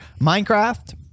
Minecraft